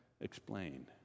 explain